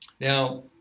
Now